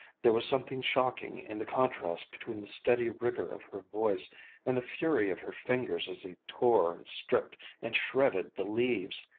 there was something shocking in the contrast between the steady rigor of her voice and the fury of her fingers as they tore and stripped and shredded the leaves.